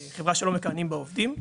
זאת חברה שלא נמצאים בה עובדים.